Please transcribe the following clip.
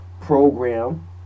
program